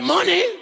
Money